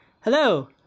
Hello